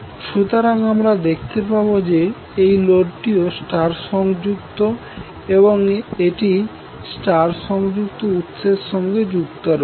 সুতরাং দেখতে পাবো যে এই লোডটিও স্টার সংযুক্ত এবং এটি স্টার সংযুক্ত উৎসের সাথে যুক্ত আছে